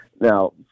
Now